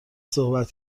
صحبت